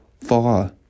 far